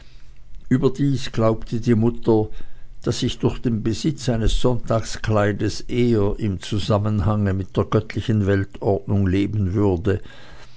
überdies glaubte die mutter daß ich durch den besitz eines sonntagskleides eher im zusammenhange mit der göttlichen weltordnung leben würde